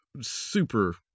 super